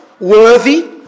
worthy